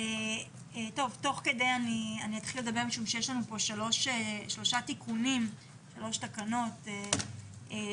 תוך כדי אני אתחיל לדבר משום שיש לנו פה שלוש תקנות שונות